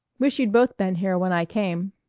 wish you'd both been here when i came.